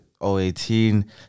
018